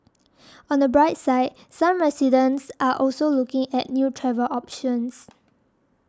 on the bright side some residents are also looking at new travel options